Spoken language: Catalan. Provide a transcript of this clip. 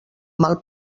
mal